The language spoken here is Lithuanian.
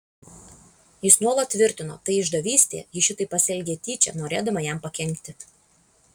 jis nuolat tvirtino tai išdavystė ji šitaip pasielgė tyčia norėdama jam pakenkti